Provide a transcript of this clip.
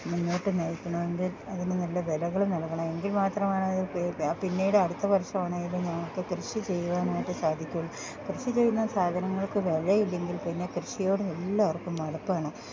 മുന്നോട്ട് നയിക്കണം എങ്കിൽ അതിന് നല്ല വിലകൾ നൽകണം എങ്കിൽ മാത്രമാണത് പിന്നീട് അടുത്ത വർഷം ആണേലും ഞങ്ങൾക്ക് കൃഷി ചെയ്യുവാനായിട്ട് സാധിക്കുള്ളൂ കൃഷി ചെയ്യുന്ന സാധനങ്ങൾക്ക് വിലയില്ല എങ്കിൽ പിന്നെ കൃഷിയോടും എല്ലാവർക്കും മടുപ്പാണ്